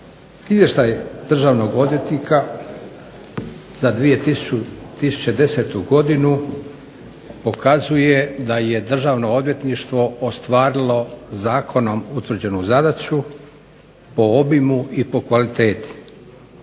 Izvještaj državnog odvjetnika za 2010. godinu pokazuje da je državno odvjetništvo ostvarilo zakonom utvrđenu zadaću po obimu i po kvaliteti.